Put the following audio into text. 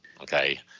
okay